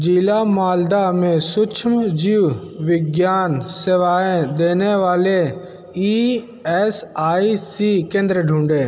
ज़िला मालदा में सूक्ष्म जीव विज्ञान सेवाएँ देने वाले ई एस आई सी केंद्र ढूँढें